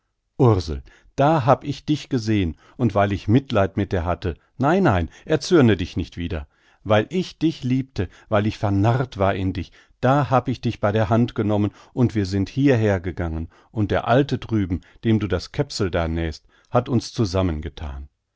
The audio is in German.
ursel da hab ich dich gesehn und weil ich mitleid mit dir hatte nein nein erzürne dich nicht wieder weil ich dich liebte weil ich vernarrt in dich war da hab ich dich bei der hand genommen und wir sind hierher gegangen und der alte drüben dem du das käpsel da nähst hat uns zusammengethan